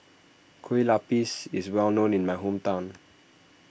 Kueh Lapis is well known in my hometown